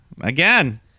Again